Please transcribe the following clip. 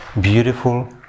beautiful